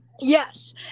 yes